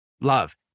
love